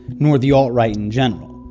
nor the alt-right in general.